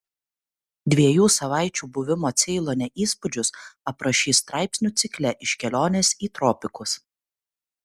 dviejų savaičių buvimo ceilone įspūdžius aprašys straipsnių cikle iš kelionės į tropikus